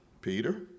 Peter